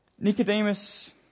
Nicodemus